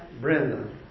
Brenda